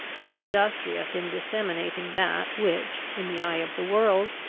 was industrious in disseminating that which, in the eye of the world,